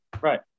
right